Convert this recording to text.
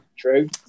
true